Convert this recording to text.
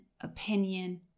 opinion